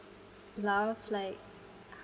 laugh like